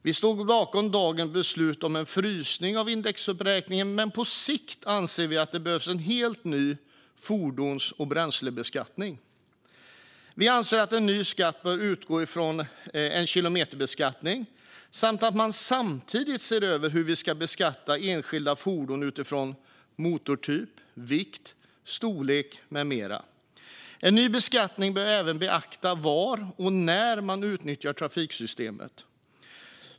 Vi står bakom dagens beslut om en frysning av indexuppräkningen, men på sikt anser vi att det behövs en helt ny fordons och bränslebeskattning. Vi anser att en ny skatt bör utgå ifrån en kilometerbeskattning och att man samtidigt ska se över hur enskilda fordon ska beskattas utifrån motortyp, vikt, storlek med mera. En ny beskattning bör även beakta var och när trafiksystemet utnyttjas.